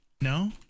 no